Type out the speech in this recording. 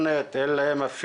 אין להם תשתיות של אינטרנט,